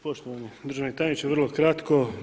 Poštovani državni tajniče, vrlo kratko.